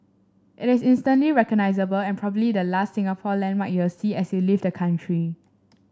it is instantly recognisable and probably the last Singapore landmark you'll see as you leave the country